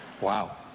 Wow